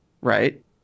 right